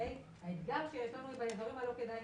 במיוחד עבור